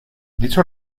dicho